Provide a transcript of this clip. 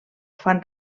fan